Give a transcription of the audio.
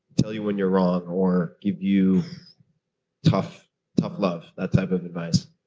tell you when you're wrong or give you tough tough love, that type of advice?